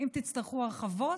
אם תצטרכו הרחבות,